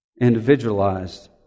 individualized